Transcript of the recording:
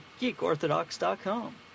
geekorthodox.com